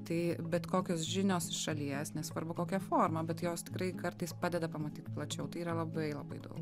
tai bet kokios žinios iš šalies nesvarbu kokią formą bet jos tikrai kartais padeda pamatyt plačiau tai yra labai labai daug